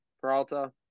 Peralta